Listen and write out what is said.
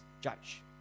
judge